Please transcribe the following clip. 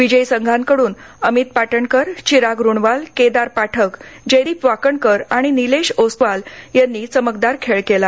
विजयी संघांकडून अमित पाटणकर चिराग रुणवाल केदार पाठक जयदीप वाकणकर आणि निलेश ओस्तवाल यांनी चमकदार खेळ केला